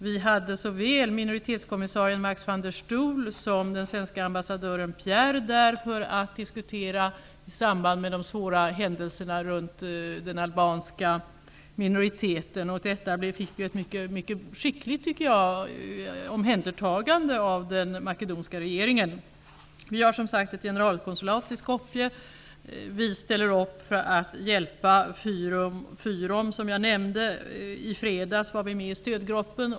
Vi hade såväl minoritetskommissarien Max van der Stoel som den svenske ambassadören Pierre där, för att diskutera sambandet med de svåra händelserna kring den albanska minoriteten. Detta fick ett mycket skickligt omhändertagande av den makedoniska regeringen. Vi har, som sagt, ett generalkonsulat i Skopje. Vi ställer upp för att hjälpa FYROM, som jag har nämnt. I fredags var vi med i stödgruppen.